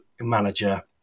manager